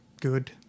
good